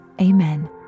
amen